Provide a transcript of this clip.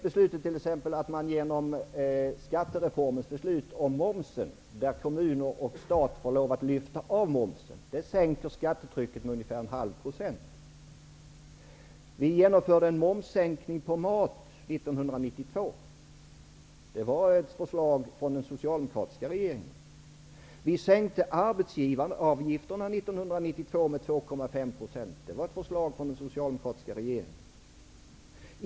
Beslutet i samband med skattereformen att kommuner och stat får lov att lyfta av momsen sänker skattetrycket med ungefär en halv procent. Vi genomförde en sänkning av momsen på mat 1992. Det skedde på ett förslag från den socialdemokratiska regeringen. Vi sänkte arbetsgivaravgifterna år 1992 med 2,5 %. Det skedde på ett förslag från den socialdemokratiska regeringen.